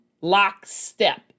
lockstep